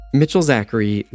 Mitchell-Zachary